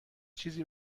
چیزی